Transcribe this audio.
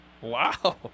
Wow